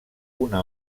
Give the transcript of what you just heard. una